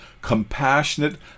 compassionate